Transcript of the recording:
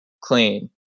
clean